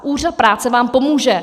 Úřad práce vám pomůže.